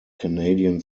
canadian